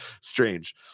strange